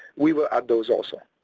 we will add those also.